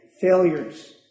failures